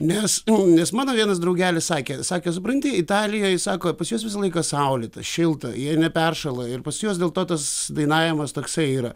nes nes mano vienas draugelis sakė sakė supranti italijoj sako pas jus visą laiką saulėta šilta jie neperšąla ir pas juos dėl to tas dainavimas toksai yra